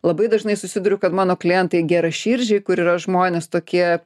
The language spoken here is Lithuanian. labai dažnai susiduriu kad mano klientai geraširdžiai kur yra žmonės tokie